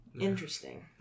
Interesting